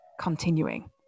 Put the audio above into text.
continuing